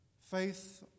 Faith